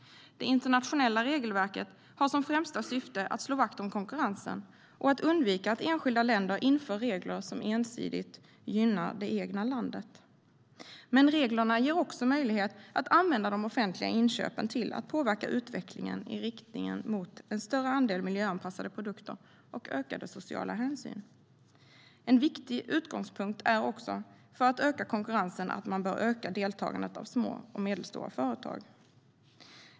Det internationella regelverket har som främsta syfte att slå vakt om konkurrensen och att undvika att enskilda länder inför regler som ensidigt gynnar det egna landet. Men reglerna ger också möjlighet att använda de offentliga inköpen till att påverka utvecklingen i riktning mot en större andel miljöanpassade produkter och ökade sociala hänsyn. En viktig utgångspunkt när det gäller att öka konkurrensen är att man bör öka deltagandet av små och medelstora företag.